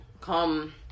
come